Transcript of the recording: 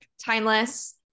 Timeless